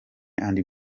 and